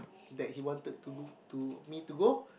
that he wanted to to me to go